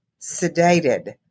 sedated